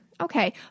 Okay